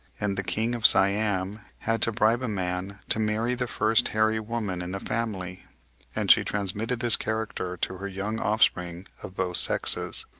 and the king of siam had to bribe a man to marry the first hairy woman in the family and she transmitted this character to her young offspring of both sexes.